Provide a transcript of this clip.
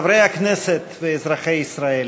חברי הכנסת ואזרחי ישראל,